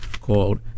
called